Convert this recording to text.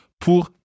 pour